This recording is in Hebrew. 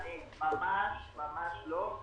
ממש ממש לא.